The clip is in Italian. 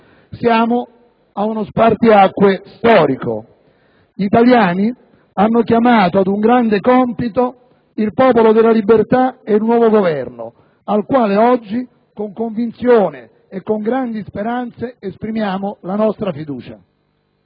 Siamo ad uno spartiacque storico. Gli italiani hanno chiamato ad un grande compito il Popolo della Libertà ed il nuovo Governo, al quale oggi con convinzione e con grandi speranze esprimiamo la nostra fiducia.